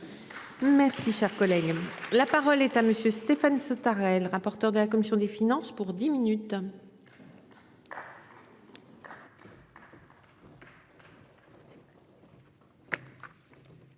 Merci, cher collègue, la parole est à monsieur Stéphane Sautarel. Porteur de la commission des finances pour 10 minutes.